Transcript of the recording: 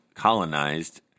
colonized